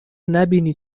نبینی